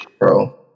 bro